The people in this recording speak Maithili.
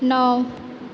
नओ